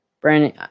Brandon